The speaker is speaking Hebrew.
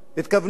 התכוונו